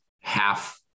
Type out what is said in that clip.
half